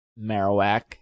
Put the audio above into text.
Marowak